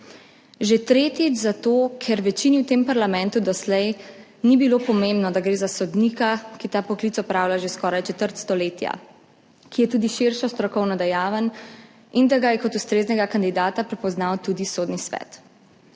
Že tretjič zato, ker večini v tem parlamentu doslej ni bilo pomembno, da gre za sodnika, ki ta poklic opravlja že skoraj četrt stoletja, ki je tudi širše strokovno dejaven, in da ga je kot ustreznega kandidata prepoznal tudi Sodni svet.